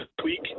tweak